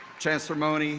chancellor mone,